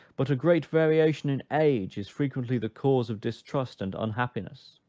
but a great variation in age is frequently the cause of distrust and unhappiness.